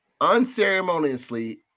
unceremoniously